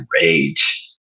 rage